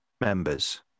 members